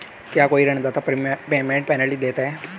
क्या कोई ऋणदाता प्रीपेमेंट पेनल्टी लेता है?